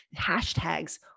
Hashtags